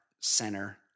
center